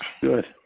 Good